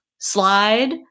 slide